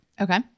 Okay